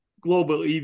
global